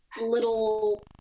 little